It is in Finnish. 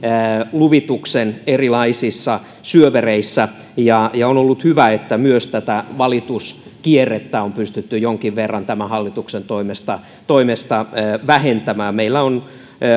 luvituksen erilaisissa syövereissä ja ja on ollut hyvä että myös tätä valituskierrettä on pystytty jonkin verran tämän hallituksen toimesta toimesta vähentämään meillä on